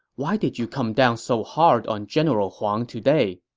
why did you come down so hard on general huang today?